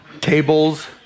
Tables